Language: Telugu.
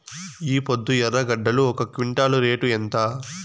ఈపొద్దు ఎర్రగడ్డలు ఒక క్వింటాలు రేటు ఎంత?